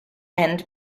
and